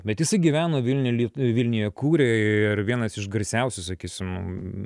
bet jisai gyveno vilniuje lie vilniuje kūrė ir vienas iš garsiausių sakysim